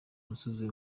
umusozi